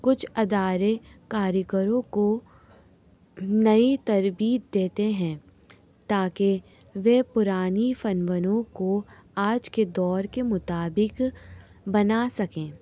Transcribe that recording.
کچھ ادارے کاریگروں کو نئی ترغیب دیتے ہیں تاکہ وہ پرانی فنون کو آج کے دور کے مطابق بنا سکیں